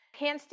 handstand